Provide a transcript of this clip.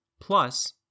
plus